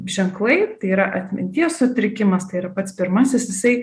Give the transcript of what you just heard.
ženklai tai yra atminties sutrikimas tai yra pats pirmasis jisai